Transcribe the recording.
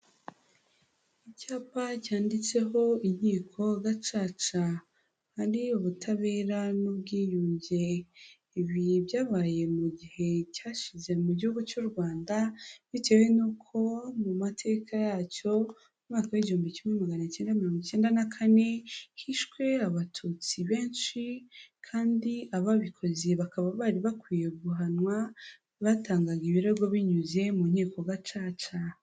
Icyapa cyanditseho inkiko gacaca hari ubutabera n'ubwiyunge ibi byabaye mu gihe cyashize mu gihugu cy'u Rwanda bitewe nuko mu mateka yacyo mu mwaka wa 1994 hishwe abatutsi benshi kandi ababikoze bakaba bari bakwiye guhanwa batangaga ibirego binyuze mu nkiko gacaca.